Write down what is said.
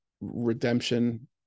redemption